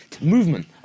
movement